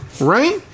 right